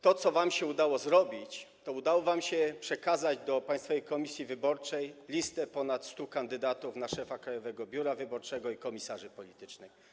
To, co udało się wam zrobić, to udało wam się przekazać do Państwowej Komisji Wyborczej listę ponad 100 kandydatów na szefa Krajowego Biura Wyborczego i komisarzy politycznych.